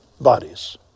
bodies